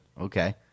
Okay